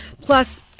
Plus